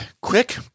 quick